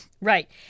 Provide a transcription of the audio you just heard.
Right